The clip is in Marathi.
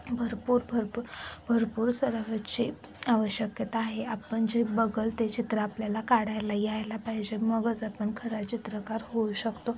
भरपूर भरपूर भरपूर सरावाची आवश्यकता आहे आपण जे बघेल ते चित्र आपल्याला काढायला यायला पाहिजे मगच आपण खरा चित्रकार होऊ शकतो